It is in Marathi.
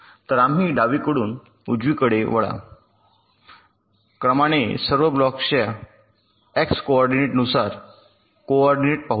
तर आम्ही डावीकडून उजवीकडे वळा क्रमाने सर्व ब्लॉक्सच्या एक्स कोऑर्डिनेट्सनुसार पाहूया